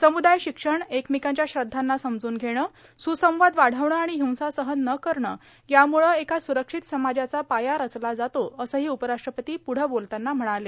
सम्दाय शिक्षण एकमेकांच्या श्रद्धांना समजून घेणे सुसंवाद वाढविणे आणि हिंसा सहन न करणे यामुळे एका सुरक्षित समाजाचा पाया रचला जातो असंही उपराष्ट्रपती पुढ बोलताना म्हणाले